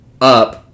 up